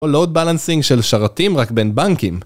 או לוד בלנסינג של שרתים רק בין בנקים